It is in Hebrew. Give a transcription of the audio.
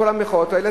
בכל המחאות האלה,